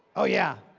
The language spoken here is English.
oh yeah.